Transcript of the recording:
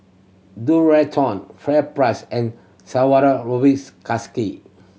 Dualtron FairPrice and